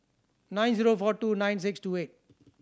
nine zero four two nine six two eight